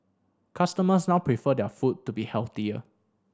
customers now prefer their food to be healthier